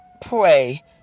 Pray